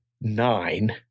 nine